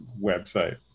website